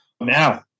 Now